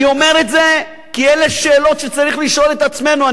אני אומר את זה כי אלה שאלות שצריך לשאול את עצמנו.